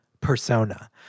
persona